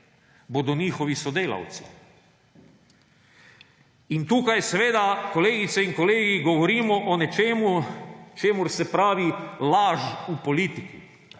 bodo njihovi sodelavci. In tukaj seveda, kolegice in kolegi, govorimo o nečem, čemur se pravi laž v politiki.